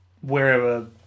wherever